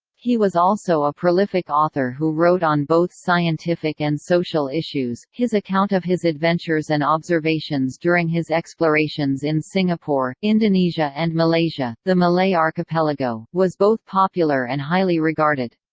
he was also a prolific author who wrote on both scientific and social issues his account of his adventures and observations during his explorations in singapore, indonesia and malaysia, the malay archipelago, was both popular and highly regarded.